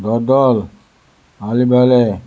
दोदल आलिबेले